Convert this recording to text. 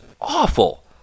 awful